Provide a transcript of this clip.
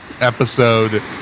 episode